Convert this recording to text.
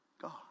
God